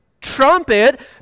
trumpet